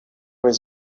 was